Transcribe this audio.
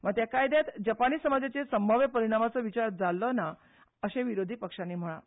मात ह्या कायद्यांत जपानी समाजाचेर संभाव्य परिणामाचो विचार जाल्लो ना अशें विरोधी पक्षांनी म्हळां